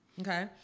Okay